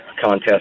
contest